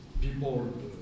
people